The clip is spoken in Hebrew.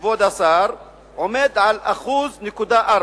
עומד על 1.4%,